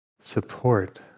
support